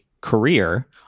career